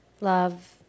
love